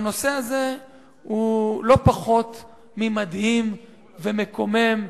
והנושא הזה לא פחות ממדהים ומקומם,